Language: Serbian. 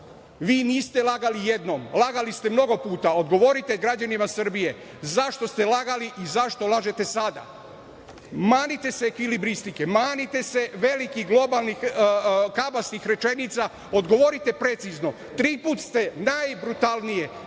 vi niste lagali jednom, lagali ste mnogo puta, odgovorite građanima Srbije zašto ste lagali i zašto lažete sada? Manite se kilibristike, manite se velikih globalnih kabastih rečenica odgovorite precizno tri puta ste najbrutalnije,